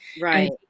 Right